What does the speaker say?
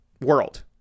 world